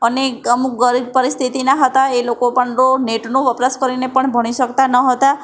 અને અમુક ગરીબ પરિસ્થિતિના હતા એ લોકો પણ ડો નેટનો વપરાશ કરીને પણ ભણી શકતા ન હતા